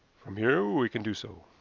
from here we can do so.